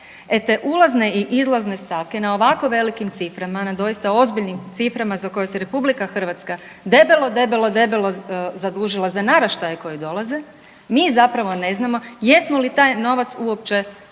E te ulazne i izlazne stavke na ovako velikim ciframa, na doista ozbiljnim ciframa za koje se RH debelo, debelo, debelo zadužila za naraštaje koji dolaze, mi zapravo ne znamo jesmo li taj novac uopće